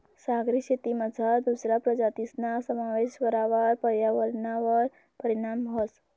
सागरी शेतीमझार दुसरा प्रजातीसना समावेश करावर पर्यावरणवर परीणाम व्हस